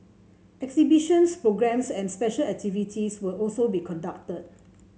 exhibitions programmes and special activities will also be conducted